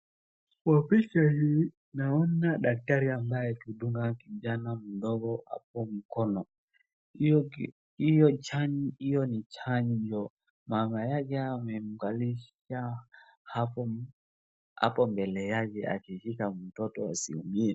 Kwa picha hii naona daktari ambaye anamdunga kijana mdogo kwa mkono. Hiyo ni chanjo. Mama yake amemkalisha hapo mbele yake akishika mtoto asiumie.